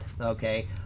Okay